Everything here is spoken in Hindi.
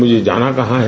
मुझे जाना कहां है